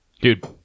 Dude